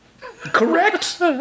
Correct